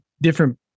different